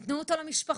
תתנו אותו למשפחות,